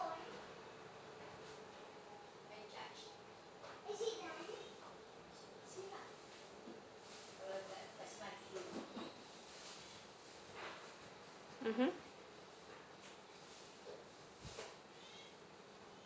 mmhmm